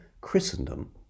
Christendom